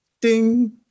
ding